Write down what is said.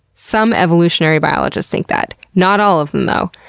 some evolutionary biologists think that not all of them though.